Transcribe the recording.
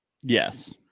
yes